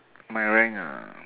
my rank ah